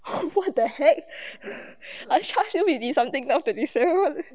what the heck I charge you fifty something now thirty seven